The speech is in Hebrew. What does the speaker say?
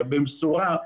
במשורה,